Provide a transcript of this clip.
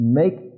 make